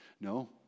no